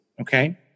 Okay